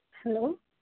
hello